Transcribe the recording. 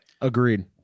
Agreed